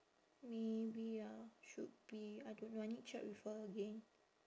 maybe ah should be I don't know I need check with her again